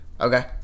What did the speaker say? Okay